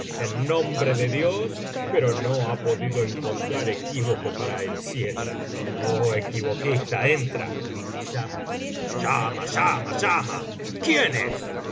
en nombre de dios pero no ha podido encontrar equívoco para el cielo oh equivoquista entra llaman llama llama llama quién